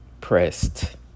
pressed